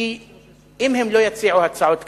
כי אם הם לא יציעו הצעות כאלה,